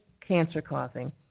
cancer-causing